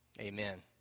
amen